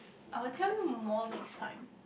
I will tell you more next time